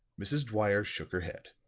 mrs. dwyer shook her head.